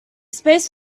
space